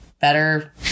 better